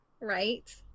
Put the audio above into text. Right